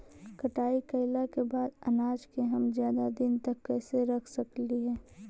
कटाई कैला के बाद अनाज के हम ज्यादा दिन तक कैसे रख सकली हे?